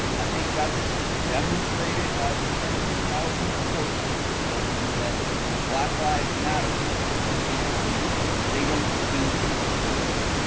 i think that's demonstrated by the ten s of thousands of protesters saying that black lives matter and they don't seem to to the police.